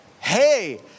Hey